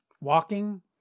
walking